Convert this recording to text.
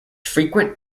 frequent